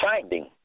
finding